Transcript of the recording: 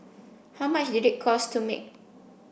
how much did it cost to make